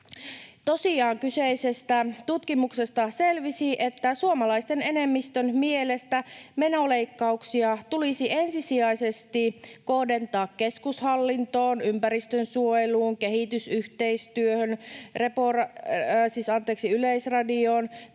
kyseisestä tutkimuksesta selvisi, että suomalaisten enemmistön mielestä menoleikkauksia tulisi ensisijaisesti kohdentaa keskushallintoon, ympäristönsuojeluun, kehitysyhteistyöhön, Repo-,